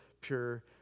pure